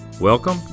Welcome